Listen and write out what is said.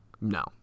No